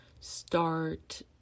start